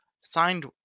signed